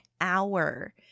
hour